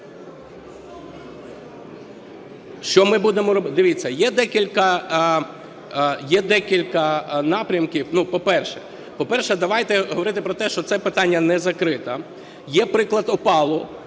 Що ми будемо робити? Дивіться, є декілька напрямків. По-перше, давайте говорити про те, що це питання не закрите. Є приклад OPAL,